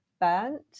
burnt